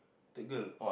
the girl